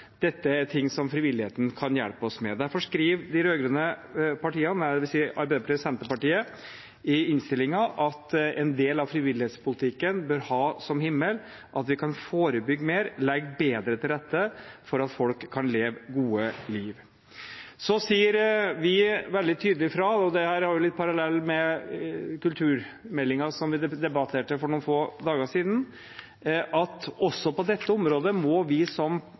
Dette er ting som frivilligheten kan hjelpe oss med. Derfor skriver de rød-grønne partiene Arbeiderpartiet og Senterpartiet i innstillingen at en del av frivillighetspolitikken bør ha som himmel at vi kan forebygge mer og legge bedre til rette for at folk kan leve gode liv. Så sier vi veldig tydelig fra, og det er litt en parallell til kulturmeldingen som vi debatterte for noen få dager siden, at også på dette området må vi som